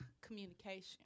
communication